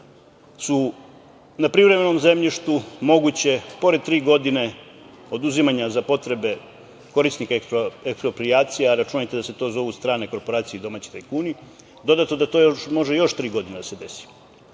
su na privrednom zemljištu moguće pored tri godine oduzimanja za potrebe korisnika eksproprijacija, a računajte da se to zovu strane korporacije i domaći tajkuni, dodato da to može još tri godine da se desi.U